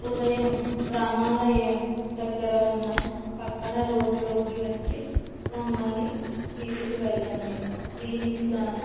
ఉదయం రామాలయం దగ్గర ఉన్న ప్రక్కన రోడ్డులోకి వచ్చి మమ్మల్ని తీసుకువెళ్ళండి దీనికి గాను